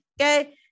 Okay